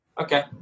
okay